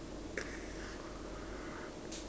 the fuck